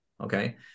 Okay